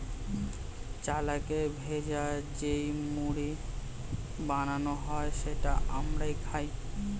চালকে ভেজে যেই মুড়ি বানানো হয় সেটা আমরা খাই